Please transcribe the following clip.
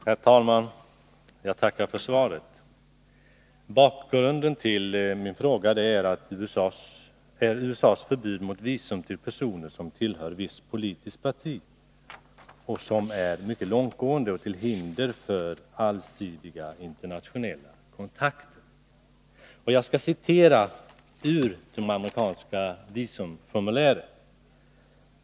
Herr talman! Jag tackar för svaret. Bakgrunden till min fråga är USA:s förbud mot visum till personer som tillhör visst politiskt parti. Förbudet är mycket långtgående och till hinder för allsidiga internationella kontakter. Jag skall citera ur det amerikanska visumformuläret.